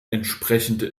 entsprechende